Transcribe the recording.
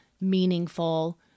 meaningful